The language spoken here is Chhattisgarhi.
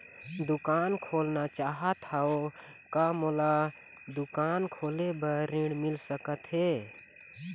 दुकान खोलना चाहत हाव, का मोला दुकान खोले बर ऋण मिल सकत हे?